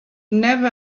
never